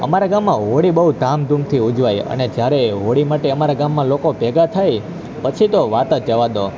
અમારા ગામમાં હોળી બહુ ધામધૂમથી ઉજવાય અને જ્યારે હોળી માટે અમારા ગામમાં લોકો ભેગા થાય પછી તો વાત જ જવા દો